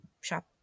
shop